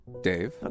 Dave